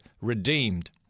redeemed